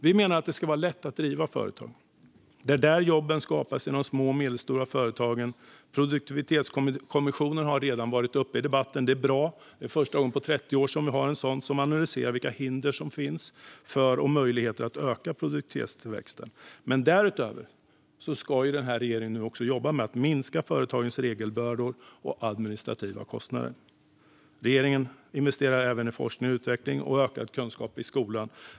Vi menar att det ska vara lätt att driva företag. Det är i de små och medelstora företagen jobben skapas. Produktivitetskommissionen har redan varit uppe i debatten, och det är bra. Det är första gången på 30 år som vi har en sådan. Den analyserar vilka hinder som finns för produktivitetstillväxten och vilka möjligheter som finns att öka den. Därutöver ska regeringen jobba med att minska företagens regelbördor och administrativa kostnader. Regeringen investerar även i forskning och utveckling och i ökad kunskap i skolan.